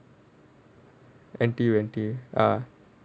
N_T_U N_T_U ah